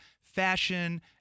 fashion